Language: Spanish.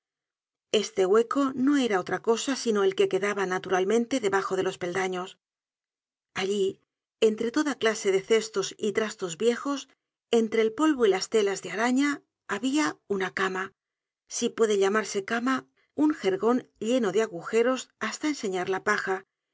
este hueco no era otra cosa sino el que quedaba naturalmente debajo de los peldaños allí entre toda clase de cestos y tras tos viejos entre el polvo y las telas de araña habia una cama si puede llamarse cama uu jergon lleno de agujeros hasta enseñar la paja